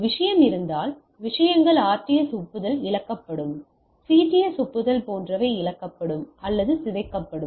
ஒரு விஷயம் இருந்தால் விஷயங்கள் RTS ஒப்புதல் இழக்கப்படும் CTS ஒப்புதல் போன்றவை இழக்கப்படும் அல்லது சிதைக்கப்படும்